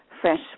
fresh